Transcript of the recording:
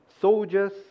soldiers